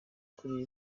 kureba